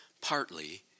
partly